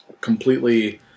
completely